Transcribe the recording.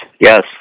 yes